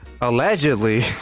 Allegedly